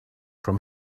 from